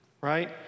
right